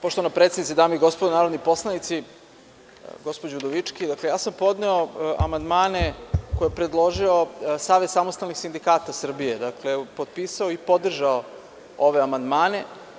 Poštovana predsednice, dame i gospodo narodni poslanici, gospođo Udovički, ja sam podneo amandmane koje je predložio Savez samostalnih sindikata Srbije, dakle, potpisao i podržao ove amandmane.